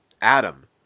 Adam